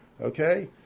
okay